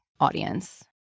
audience